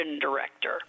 Director